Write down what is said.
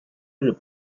日本